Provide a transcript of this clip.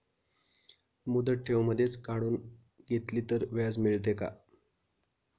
मुदत ठेव मधेच काढून घेतली तर व्याज मिळते का?